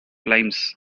limes